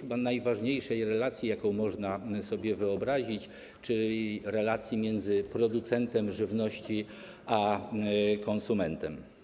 chyba najważniejszej relacji, jaką można sobie wyobrazić, czyli relacji między producentem żywności a konsumentem.